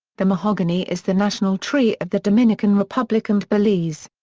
the mahogany is the national tree of the dominican republic and belize.